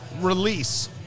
release